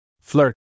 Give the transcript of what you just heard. Flirt